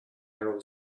narrow